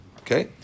Okay